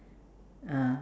ah